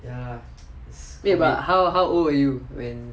wait but how how old were you when